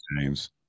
James